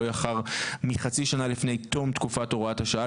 לא יאוחר מחצי שנה לפני תום תקופת הוראת השעה,